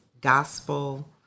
gospel